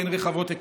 והן רחבות היקף.